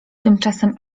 tymczasem